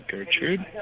Gertrude